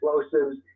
explosives